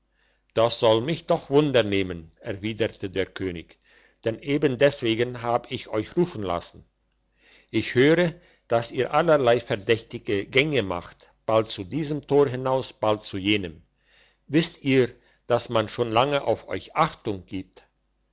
das soll mich doch wunder nehmen erwiderte der könig denn eben deswegen hab ich euch rufen lassen ich höre dass ihr allerlei verdächtige gänge macht bald zu diesem tor hinaus bald zu jenem wisst ihr dass man schon lange auf euch achtung gibt